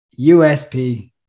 USP